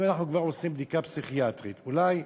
אם אנחנו כבר עושים בדיקה פסיכיאטרית, אולי,